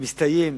ממש מסתיימת